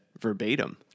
verbatim